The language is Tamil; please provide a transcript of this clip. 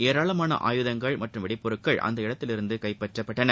ஏராளமான ஆயுதங்கள் மற்றும் வெடிப்பொருட்கள் அந்த இடத்தில் இருந்து கைப்பற்றப்பட்டன